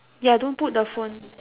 ya don't put the phone